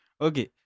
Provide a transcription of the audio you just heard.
Okay